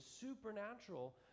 supernatural